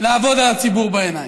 לעבוד על הציבור בעיניים.